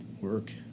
work